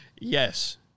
Yes